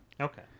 okay